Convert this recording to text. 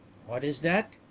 what is that?